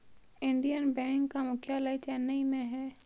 Indian Bank का मुख्यालय चेन्नई में है